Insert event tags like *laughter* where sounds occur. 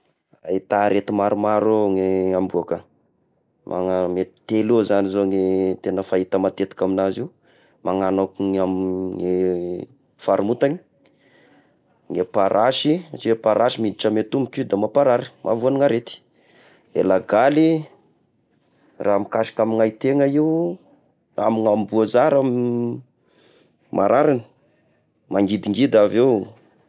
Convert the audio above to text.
Ahita arety maromaro ny amboa ka, mana- mety telo eo zagny zao ny tegna fahita matetika amignazy io, magnano ako ny amy ny faharomotagny, ny aparasy satria aparasy miditra amy tongoko da mamparary, mahavoa ny arety, eh lagaly raha mikasika amigna i tegna io amy ny amboa zah i raha *hesitation* marary, mangidingidy avy eo.